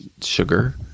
sugar